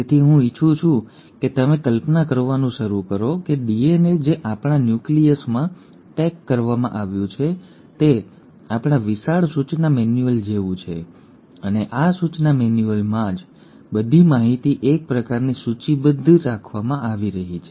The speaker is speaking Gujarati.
તેથી હું ઇચ્છું છું કે તમે કલ્પના કરવાનું શરૂ કરો કે DNA જે આપણા ન્યુક્લિયસ માં પેક કરવામાં આવ્યું છે તે આપણા વિશાળ સૂચના મેન્યુઅલ જેવું છે અને આ સૂચના મેન્યુઅલમાં જ બધી માહિતી એક પ્રકારની સૂચિબદ્ધ અને રાખવામાં આવી છે